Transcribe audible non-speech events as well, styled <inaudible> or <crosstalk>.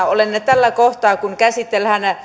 <unintelligible> olen tällä kohtaa kun käsitellään